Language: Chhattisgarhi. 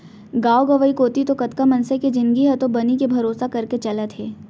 गांव गंवई कोती तो कतका मनसे के जिनगी ह तो बनी के भरोसा करके चलत हे